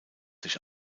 sich